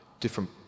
different